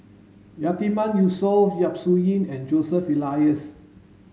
Yatiman Yusof Yap Su Yin and Joseph Elias